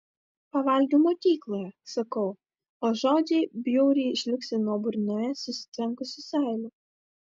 pavalgiau mokykloje sakau o žodžiai bjauriai žliugsi nuo burnoje susitvenkusių seilių